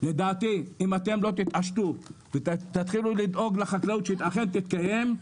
לדעתי אם אתם לא תתעשתו ותתחילו לדאוג לחקלאות שהיא אכן תתקיים,